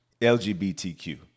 LGBTQ